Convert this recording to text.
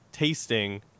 Tasting